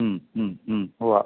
മ് മ് മ് ഉവ്വ